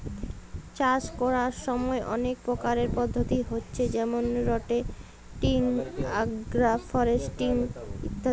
চাষ কোরার সময় অনেক প্রকারের পদ্ধতি হচ্ছে যেমন রটেটিং, আগ্রফরেস্ট্রি ইত্যাদি